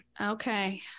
Okay